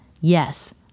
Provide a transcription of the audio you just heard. Yes